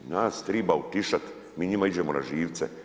Nas treba utišati, mi njima idemo na živce.